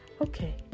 okay